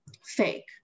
fake